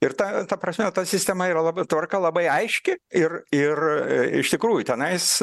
ir ta ta prasme ta sistema yra labai tvarka labai aiški ir ir iš tikrųjų tenais